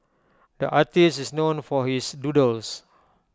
the artist is known for his doodles